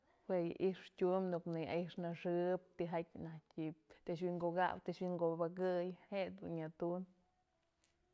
Jue yë i'itë tyum në ko'o nënyë i'ixnaxëp tijatyë naj ji'ib të wi'inkukaw të wi'inkubëkëy je'e dun nya tumbyë.